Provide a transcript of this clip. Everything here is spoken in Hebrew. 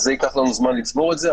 ייקח לנו זמן לצבור את זה,